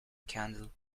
candle